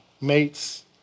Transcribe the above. mates